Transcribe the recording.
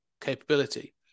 capability